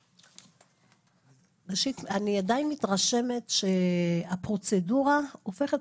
ראשית אני עדיין מתרשמת שהפרוצדורה הופכת